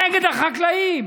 נגד החקלאים.